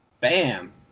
bam